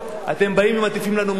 אתם באים ומטיפים לנו מוסר.